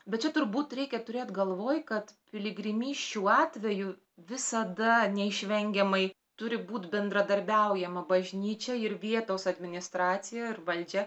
bet čia turbūt reikia turėt galvoj kad piligrimysčių atveju visada neišvengiamai turi būti bendradarbiaujama bažnyčia ir vietos administracija ir valdžia